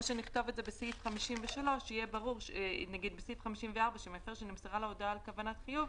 או שנכתוב כך שיהיה ברור בסעיף 54 שמפר שנמסרה לו הודעה על כוונת חיוב,